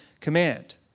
command